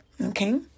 okay